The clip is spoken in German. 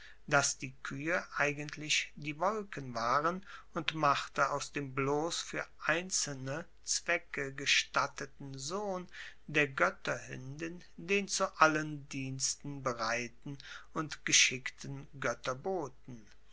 dass die kuehe eigentlich die wolken waren und machte aus dem bloss fuer einzelne zwecke gestatteten sohn der goetterhuendin den zu allen diensten bereiten und geschickten